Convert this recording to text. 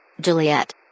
juliet